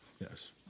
yes